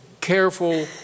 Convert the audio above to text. careful